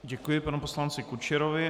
Děkuji panu poslanci Kučerovi.